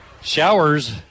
Showers